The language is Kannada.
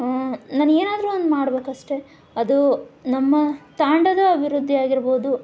ನಾನು ಏನಾದ್ರೂ ಒಂದು ಮಾಡ್ಬೇಕಷ್ಟೇ ಅದು ನಮ್ಮ ತಾಂಡದ ಅಭಿವೃದ್ಧಿಯಾಗಿರ್ಬೋದು